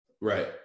Right